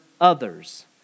others